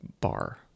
bar